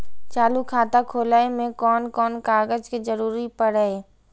चालु खाता खोलय में कोन कोन कागज के जरूरी परैय?